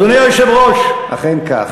אדוני היושב-ראש, אכן, כך.